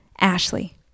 Ashley